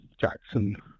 Jackson